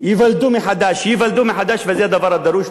ייוולדו מחדש, ייוולדו מחדש, וזה הדבר הדרוש.